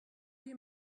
you